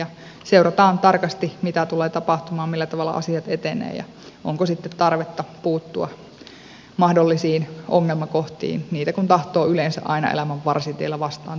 ja seurataan tarkasti mitä tulee tapahtumaan millä tavalla asiat etenevät ja onko sitten tarvetta puuttua mahdollisiin ongelmakohtiin niitä kun tahtoo yleensä aina elämän varsitiellä vastaan tulla